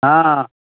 ہاں